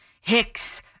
Hicks